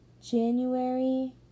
January